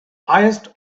highest